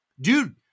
Dude